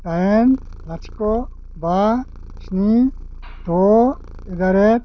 दाइन लाथिख' बा स्नि द' एदारेथ